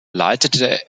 leitete